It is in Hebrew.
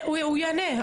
הוא יענה,